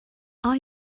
are